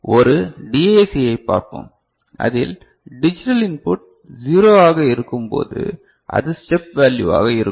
ஒரு டிஏசியை பார்ப்போம் அதில் டிஜிட்டல் இன்புட் 0 ஆக இருக்கும்போது அது ஸ்டெப் வேல்யுவாக இருக்கும்